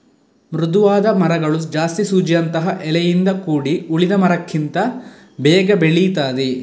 ಮೃದುವಾದ ಮರಗಳು ಜಾಸ್ತಿ ಸೂಜಿಯಂತಹ ಎಲೆಯಿಂದ ಕೂಡಿ ಉಳಿದ ಮರಕ್ಕಿಂತ ಬೇಗ ಬೆಳೀತದೆ